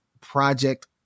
project